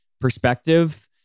perspective